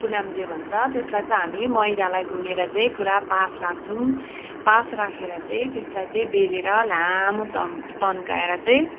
खुकु नाम्जे भन्छ त्यसलाई चाहिँ हामी मैदालाई गुनेर चाहिँ पुरा पास राख्छौँ पास राखेर चाहिँ त्यसलाई चाहिँ बेलेर लामो तन तन्काएर चाहिँ